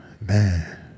Man